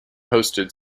hosted